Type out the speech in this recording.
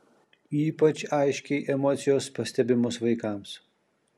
ypač aiškiai emocijos pastebimos vaikams